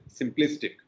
simplistic